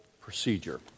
procedure